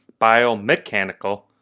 biomechanical